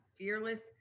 Fearless